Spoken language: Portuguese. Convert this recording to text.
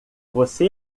você